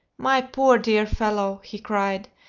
my poor dear fellow, he cried,